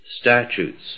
statutes